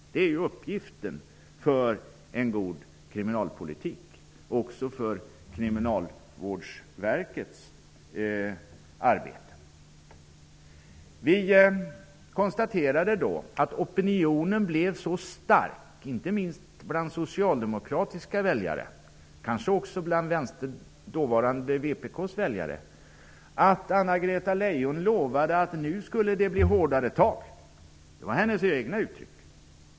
Detta är uppgiften för en god kriminalpolitik och för Vi konstaterade att opinionen blev så stark, inte minst bland socialdemokratiska väljare, kanske också bland dåvarande vpk:s väljare, att Anna Greta Leijon lovade att det skulle bli hårdare tag. Det var hennes eget uttryck.